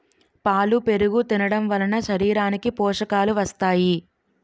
పాలు పెరుగు తినడంవలన శరీరానికి పోషకాలు వస్తాయి